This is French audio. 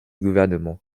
gouvernement